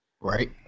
right